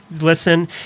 listen